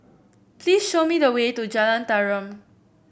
please show me the way to Jalan Tarum